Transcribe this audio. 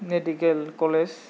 medical college